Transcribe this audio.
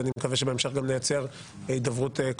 ואני מקווה שבהמשך גם נייצר הידברות של